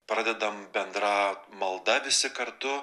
pradedam bendra malda visi kartu